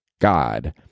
God